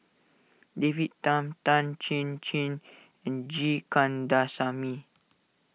David Tham Tan Chin Chin and G Kandasamy